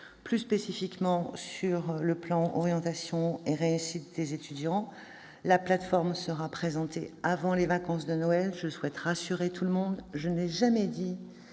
plan relatif à l'orientation et à la réussite des étudiants, la plateforme sera présentée avant les vacances de Noël. Je souhaite rassurer tout le monde : je n'ai jamais dit